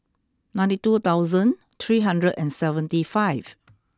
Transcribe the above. ninety two thousand three hundred and seventy five